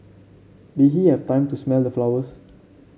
did he have time to smell the flowers